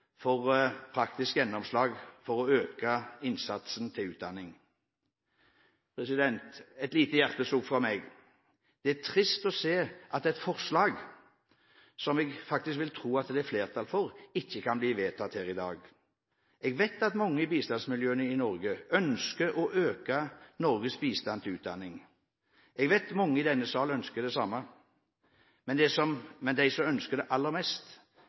få praktisk gjennomslag for å øke innsatsen til utdanning. Et lite hjertesukk fra meg: Det er trist å se at et forslag som jeg faktisk ville trodd at det er flertall for, ikke kan bli vedtatt her i dag. Jeg vet at mange i bistandsmiljøene i Norge ønsker å øke Norges bistand til utdanning. Jeg vet at mange i denne sal ønsker det samme. Men de som ønsker en bedre utdanning aller mest,